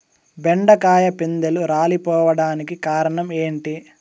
బెండకాయ పిందెలు రాలిపోవడానికి కారణం ఏంటి?